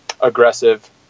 aggressive